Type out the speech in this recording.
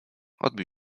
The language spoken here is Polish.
odbił